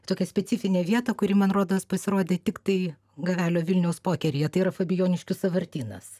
tokią specifinę vietą kuri man rodos pasirodė tiktai gavelio vilniaus pokeryje tai yra fabijoniškių sąvartynas